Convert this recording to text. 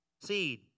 seed